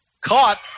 caught